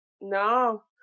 No